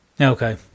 okay